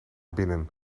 binnen